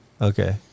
okay